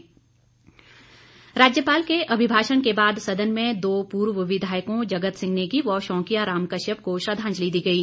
शौकोदगार राज्यपाल के अभिभाषण के बाद सदन में दो पूर्व विधायकों जगत सिंह नेगी व शौंकिया राम कश्यप को श्रद्वांजली दी गई